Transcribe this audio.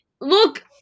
look